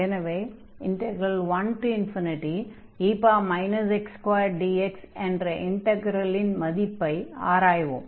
எனவே 1dx என்ற இன்டக்ரலின் மதிப்பை ஆராய்வோம்